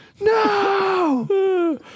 No